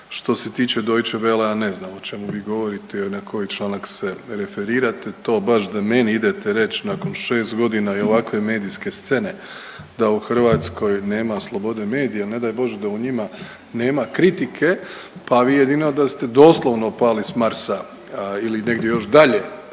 Što se tiče Deutsche Wellea ne znam o čemu vi govorite i na koji članak se referirate. To baš da meni idete reći nakon 6 godina i ovakve medijske scene, da u Hrvatskoj nema slobode medija. Ne daj bože da u njima nema kritike, pa vi jedino da ste doslovno pali s Marsa ili negdje još dalje